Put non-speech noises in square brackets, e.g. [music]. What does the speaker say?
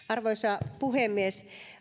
[unintelligible] arvoisa puhemies